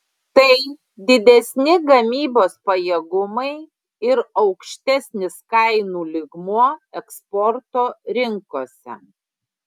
tai didesni gamybos pajėgumai ir aukštesnis kainų lygmuo eksporto rinkose